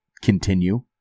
continue